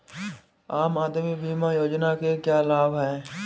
आम आदमी बीमा योजना के क्या लाभ हैं?